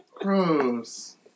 Gross